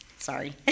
Sorry